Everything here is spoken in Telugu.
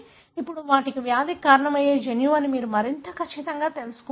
అప్పుడు ఇవి వ్యాధికి కారణమయ్యే జన్యువు అని మీరు మరింత ఖచ్చితంగా తెలుసుకుంటారు